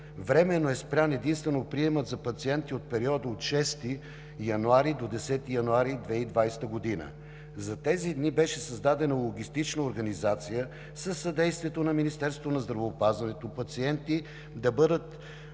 временно е спрян приемът на пациенти за периода от 6 януари до 10 януари 2020 г. За тези дни беше създадена логистична организация със съдействието на Министерството на здравеопазването пациентите да бъдат